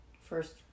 first